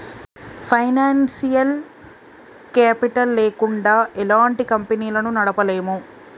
financial capital లేకుండా ఎలాంటి కంపెనీలను నడపలేము